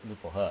look for her